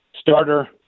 starter